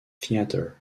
theatre